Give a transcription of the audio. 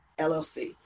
llc